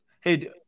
hey